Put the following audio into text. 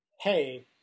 hey